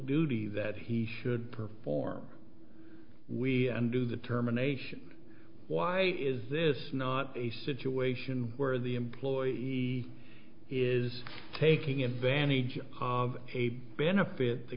duty that he should perform we do the terminations why is this not a situation where the employer he is taking advantage of a benefit the